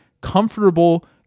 comfortable